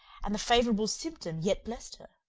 and the favourable symptom yet blessed her.